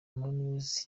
mowzey